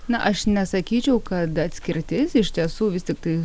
na aš nesakyčiau kad atskirtis iš tiesų vis tiktai